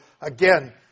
again